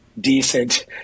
decent